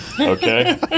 okay